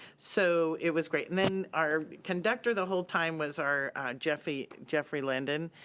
so it was great. and then our conductor the whole time was our jeffery jeffery ledon,